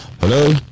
hello